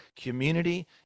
community